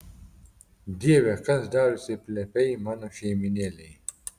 dieve kas darosi plepiai mano šeimynėlei